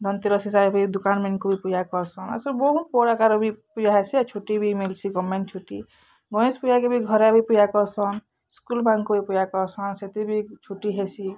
ଧନ୍ତେରସ୍ ହିସାବରେ ବି ଦୁକାନ୍ମାନ୍କୁ ବି ପୂଜା କର୍ସନ୍ ଆଉ ସବୁ ବହୁତ୍ ବଡ଼ ଆକାରେ ବି ପୂଜା ହେସି ଆଉ ଛୁଟି ବି ମିଲ୍ସି ଗଭର୍ଣ୍ଣ୍ମେଣ୍ଟ୍ ଛୁଟି ଗଣେଶ ପୂଜାକେ ବି ଘରେ ବି ପୂଜା କର୍ସନ୍ ସ୍କୁଲ୍ମାନ୍କୁ ବି ପୂଜା କର୍ସନ୍ ସେଥି ବି ଛୁଟି ହେସି